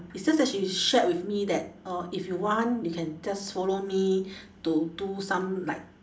it's just that she shared with me that orh if you want you can just follow me to do some like